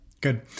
Good